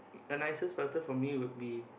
the nicest prata for me would be